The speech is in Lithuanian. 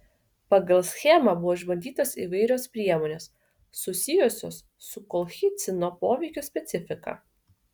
pagal schemą buvo išbandytos įvairios priemonės susijusios su kolchicino poveikio specifika